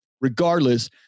regardless